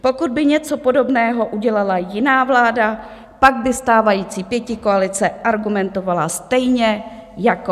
Pokud by něco podobného udělala jiná vláda, pak by stávající pětikoalice argumentovala stejně jako my.